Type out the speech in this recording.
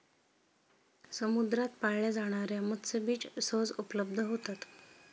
समुद्रात पाळल्या जाणार्या मत्स्यबीज सहज उपलब्ध होतात